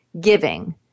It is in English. giving